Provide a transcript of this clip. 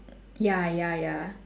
ya ya ya